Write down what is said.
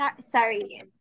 sorry